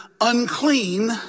unclean